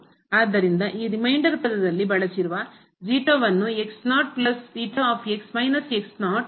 ಆದ್ದರಿಂದ ಈ ರಿಮೈಂಡರ್ ಪದದಲ್ಲಿ ಬಳಸಿರುವ ನ್ನು ಮೂಲಕ ಬದಲಿಸುತ್ತೇವೆ